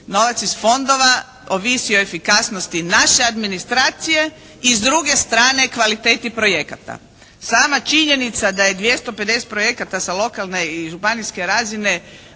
novac iz fondova, ovisi o efikasnosti naše administracije i s druge strane kvaliteti projekata. Sama činjenica da je 250 projekata sa lokalne i županijske razine